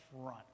front